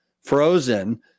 frozen